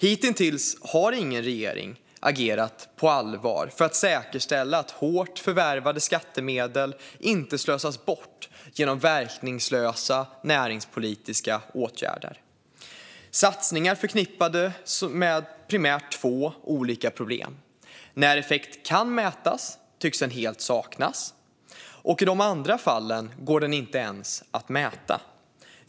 Hitintills har ingen regering agerat på allvar för att säkerställa att hårt förvärvade skattemedel inte slösas bort genom verkningslösa näringspolitiska åtgärder. Dessa satsningar är förknippade med primärt två olika problem: När effekt kan mätas tycks den helt saknas, och i de andra fallen går den inte ens att mäta.